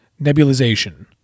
Nebulization